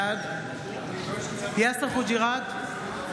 בעד יאסר חוג'יראת,